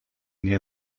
near